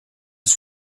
ist